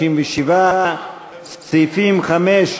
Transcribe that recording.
57. סעיפים 5,